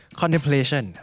contemplation